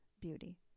Beauty